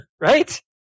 Right